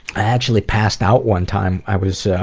i actually passed out one time. i was